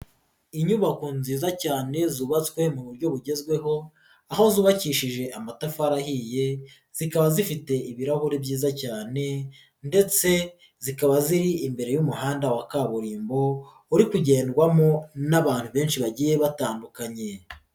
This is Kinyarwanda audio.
Inyubako nziza cyane zubatswe mu buryo bugezweho aho zubakishije amatafari ahiye, zikaba zifite ibirahuri byiza cyane ndetse zikaba ziri imbere y'umuhanda wa kaburimbo, uri kugendwamo n'abantu benshi bagiye batandukanye.